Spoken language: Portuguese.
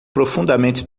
profundamente